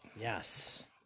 Yes